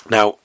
Now